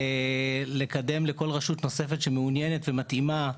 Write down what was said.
לקדם לכל רשות נוספת שמעוניינת ומתאימה,